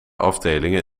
afdelingen